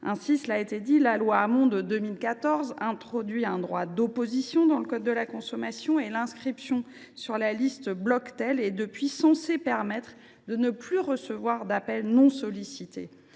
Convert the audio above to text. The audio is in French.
Ainsi, la loi Hamon de 2014 a introduit un droit d’opposition dans le code de la consommation. Depuis, l’inscription sur la liste Bloctel est censée permettre de ne plus recevoir d’appels non sollicités.